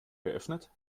geöffnet